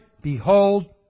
behold